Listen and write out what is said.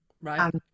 Right